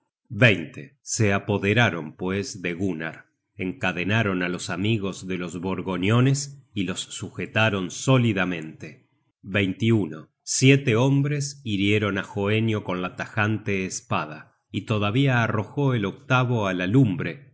guerreros se apoderaron pues de gunnar encadenaron á los amigos de los borgoñones y los sujetaron sólidamente m siete hombres hirieron á hoenio con la tajante espada y todavía arrojó el octavo á la lumbre